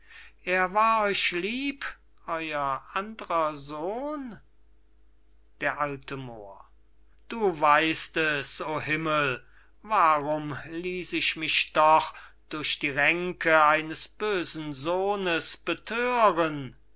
er war euch lieb euer andrer sohn d a moor du weißt es o himmel warum ließ ich mich doch durch die ränke eines bösen sohnes bethören